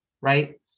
right